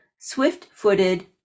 swift-footed